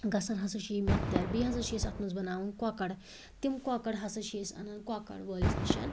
گَژھان ہَسا چھِ یہِ میٚتھ تیار بیٚیہِ ہَسا چھ أسۍ اتھ مَنٛز بناوان کۄکَر تِم کۄکَر ہَسا چھِ أسۍ انان کۄکَر وٲلِس نِش